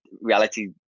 reality